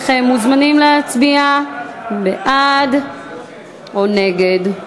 הנכם מוזמנים להצביע בעד או נגד.